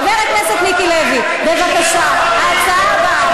חבר הכנסת מיקי לוי, בבקשה, ההצעה הבאה.